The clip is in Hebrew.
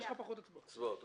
יהיו פחות הצבעות.